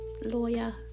lawyer